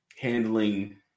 handling